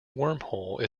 wormhole